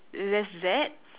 just that